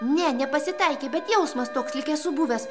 ne nepasitaikė bet jausmas toks lyg esu buvęs